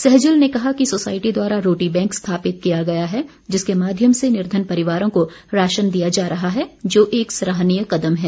सहजल ने कहा कि सोसाईटी द्वारा रोटी बैंक स्थापित किया गया है जिसके माध्यम से निर्धन परिवारों को राशन दिया जा रहा है जो एक सहरानीय कदम है